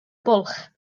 bwlch